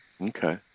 Okay